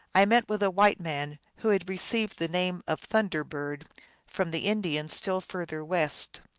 i met with a white man who had received the name of thunder bird from the indians still further west.